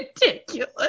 ridiculous